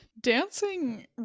Dancing